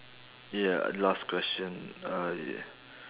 ya last question I